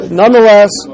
nonetheless